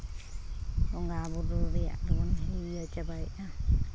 ᱵᱚᱸᱜᱟᱼᱵᱩᱨᱩ ᱨᱮᱭᱟᱜ ᱫᱚᱵᱚᱱ ᱤᱭᱟᱹ ᱪᱟᱵᱟᱭᱮᱫᱼᱟ